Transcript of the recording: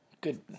good